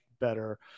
better